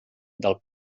del